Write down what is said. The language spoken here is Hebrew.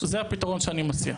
זה הפתרון שאני מציע.